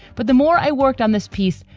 but the more i worked on this piece,